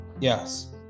yes